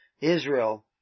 Israel